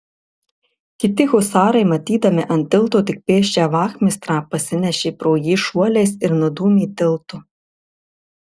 kiti husarai matydami ant tilto tik pėsčią vachmistrą pasinešė pro jį šuoliais ir nudūmė tiltu